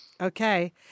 okay